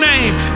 name